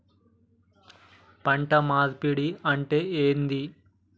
పంట మార్పిడి అంటే ఏంది?